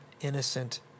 innocent